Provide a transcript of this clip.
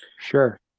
Sure